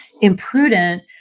imprudent